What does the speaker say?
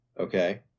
Okay